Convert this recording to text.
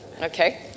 Okay